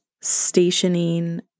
stationing